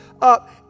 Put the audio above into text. up